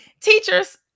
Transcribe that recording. teachers